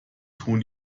tun